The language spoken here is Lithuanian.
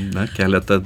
na keletą